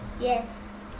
Yes